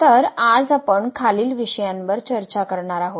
तर आज आपण खालील विषयांवर चर्चा करणार आहोत